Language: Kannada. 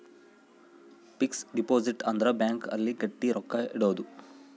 ಫಿಕ್ಸ್ ಡಿಪೊಸಿಟ್ ಅಂದ್ರ ಬ್ಯಾಂಕ್ ಅಲ್ಲಿ ಗಟ್ಟಿಗ ರೊಕ್ಕ ಇಡೋದು